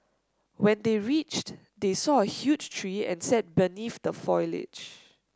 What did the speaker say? when they reached they saw a huge tree and sat beneath the foliage